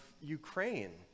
Ukraine